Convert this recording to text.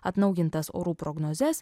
atnaujintas orų prognozes